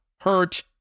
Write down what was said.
hurt